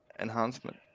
enhancement